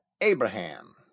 Abraham